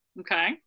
okay